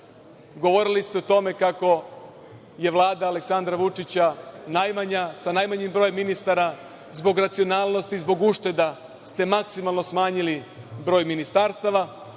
govorili ste o tome kako je Vlada Aleksandra Vučića najmanja sa najmanjim brojem ministra zbog racionalnosti, zbog ušteda ste maksimalno smanjili broj ministarstava.